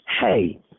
hey